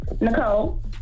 Nicole